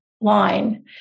line